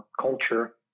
culture